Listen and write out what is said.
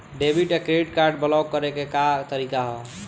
Debit या credit card block करे के का तरीका ह?